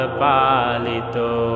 palito